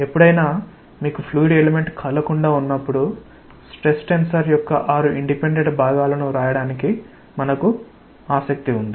ఎప్పుడైనా మీకు fluid element కదలకుండా ఉన్నప్పుడు స్ట్రెస్ టెన్సర్ యొక్క ఆరు ఇండిపెండెంట్ భాగాలను వ్రాయడానికి మనకు ఆసక్తి ఉంది